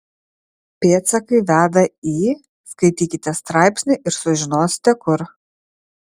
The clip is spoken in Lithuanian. pėdsakai veda į skaitykite straipsnį ir sužinosite kur